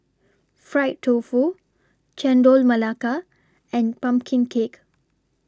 Fried Tofu Chendol Melaka and Pumpkin Cake